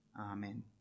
Amen